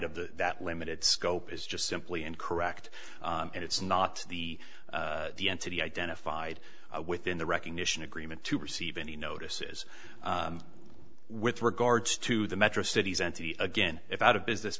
of the that limited scope is just simply and correct and it's not the the entity identified within the recognition agreement to receive any notices with regards to the metro cities entity again if out of business